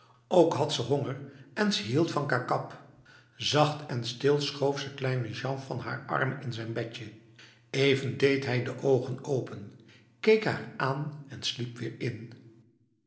ook had ze honger en ze hield van kakap zacht en stil schoof ze kleine jean van haar arm in zijn bedje even deed hij de ogen open keek haar aan en sliep weer in